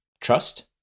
trust